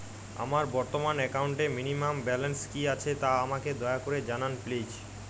আমার বর্তমান একাউন্টে মিনিমাম ব্যালেন্স কী আছে তা আমাকে দয়া করে জানান প্লিজ